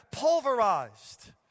pulverized